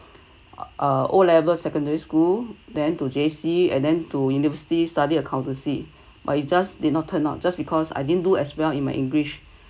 uh O levels secondary school then to J_C and then to university study accountancy but it's just did not turn out just because I didn't do as well in my english